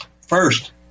First